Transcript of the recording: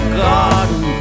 garden